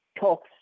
talks